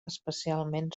especialment